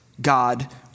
God